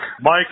Mike